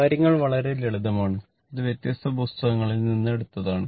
കാര്യങ്ങൾ വളരെ ലളിതമാണ് അത് വ്യത്യസ്ത പുസ്തകങ്ങളിൽ നിന്ന് എടുത്തതാണ്